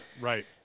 Right